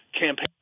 campaign